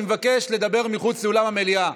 אני מבקש לדבר מחוץ לאולם המליאה.